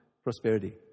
Prosperity